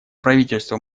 правительство